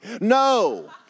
No